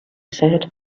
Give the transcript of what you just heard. said